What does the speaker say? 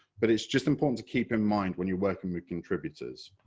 but it's just important to keep in mind when you're working with contributors.